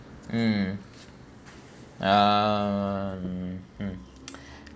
mm um mm